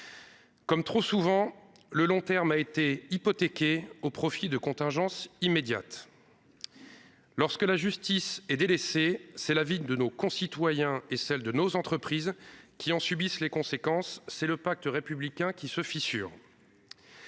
Comme trop souvent, le long terme a été hypothéqué au profit de contingences immédiates. Or, lorsque la justice est délaissée, ce sont nos concitoyens et de nos entreprises qui en subissent les conséquences, c'est le pacte républicain qui se fissure.